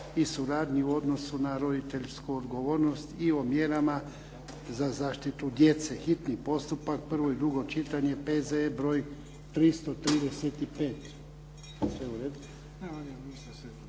i suradnji u odnosu na roditeljsku odgovornost i o mjerama za zaštitu djece, hitni postupak, P.Z.E. br. 335,